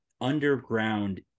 underground